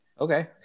Okay